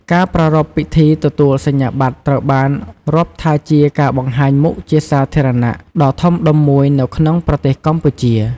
ការប្រារព្ធពិធីទទួលសញ្ញាប័ត្រត្រូវបានរាប់ថាជាការបង្ហាញមុខជាសាធារណៈដ៏ធំដុំមួយនៅក្នុងប្រទេសកម្ពុជា។